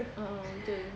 a'ah betul